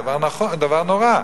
דבר נורא.